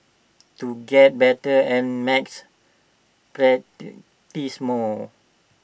to get better at maths practise more